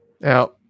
Now